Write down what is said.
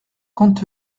compte